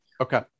Okay